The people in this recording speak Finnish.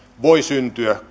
voi syntyä